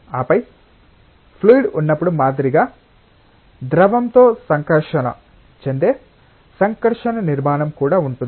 ఆపై ఫ్లూయిడ్ ఉన్నప్పుడు మాదిరిగా ద్రవంతో సంకర్షణ చెందే సంకర్షణ నిర్మాణం కూడా ఉంటుంది